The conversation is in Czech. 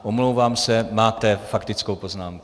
Omlouvám se, máte faktickou poznámku.